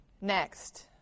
Next